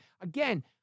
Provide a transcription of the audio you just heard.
Again